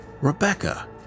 Rebecca